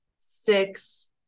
Six